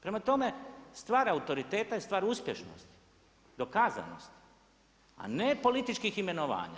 Prema tome, stvar autoriteta je stvar uspješnosti, dokazanosti a ne političkih imenovanja.